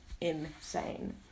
insane